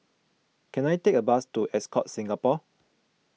can I take a bus to Ascott Singapore